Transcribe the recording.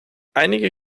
einige